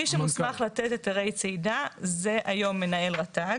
מי שמוסמך לתת היתרי צידה זה היום מנהל רת"ג.